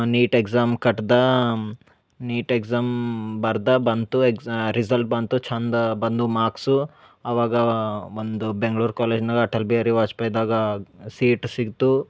neat exam ಕಟ್ದಾ NEET exam ಬರ್ದ ಬಂತು ಎಕ್ಸಾ ರಿಝಲ್ಟ್ ಬಂತು ಚಂದ ಬಂದ್ವು ಮಾರ್ಕ್ಸು ಆವಾಗಾ ಒಂದು ಬೆಂಗ್ಳೂರು ಕಾಲೇಜ್ನಾಗ ಅಟಲ್ ಬಿ ವಾಜ್ಪೇದಾಗ ಸೀಟ್ ಸಿಗ್ತು